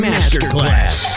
Masterclass